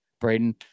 Braden